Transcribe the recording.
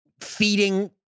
feeding